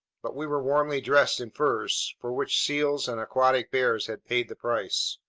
but we were warmly dressed in furs, for which seals and aquatic bears had paid the price.